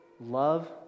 love